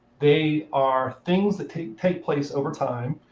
they are things that take take place over time.